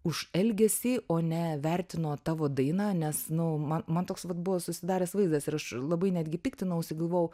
už elgesį o ne vertino tavo dainą nes nu man man toks vat buvo susidaręs vaizdas ir aš labai netgi piktinausi galvojau